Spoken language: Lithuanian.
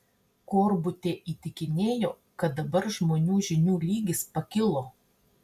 korbutė įtikinėjo kad dabar žmonių žinių lygis pakilo